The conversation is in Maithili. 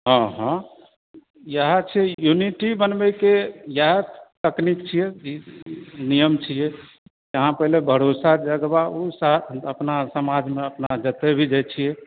हँ हँ इएह छै यूनिटी बनबयके इएह तकनीक छियै नियम छियै अहाँ पहिने भरोसा जज़्बा ओसभ अपना समाजमे अपना जतय भी जाइत छी